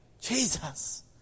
Jesus